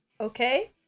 Okay